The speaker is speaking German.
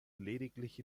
lediglich